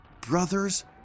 Brothers